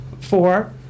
four